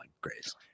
Grace